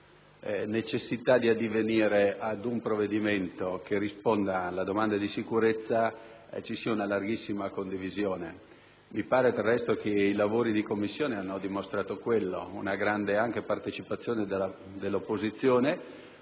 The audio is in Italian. necessità di addivenire ad un provvedimento che risponda alla domanda di sicurezza ci sia una larghissima condivisione. Mi pare che i lavori di Commissione abbiano dimostrato una grande partecipazione anche dell'opposizione